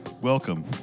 Welcome